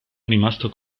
rimasto